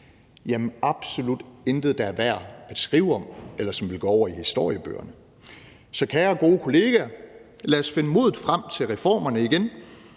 Jamen absolut intet, der er værd at skrive om, eller som vil gå over i historiebøgerne. Så kære gode kolleger, lad os finde modet til reformerne frem